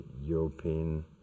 European